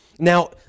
Now